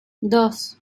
dos